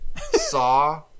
Saw